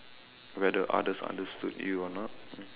whether others understood you or not